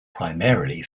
primarily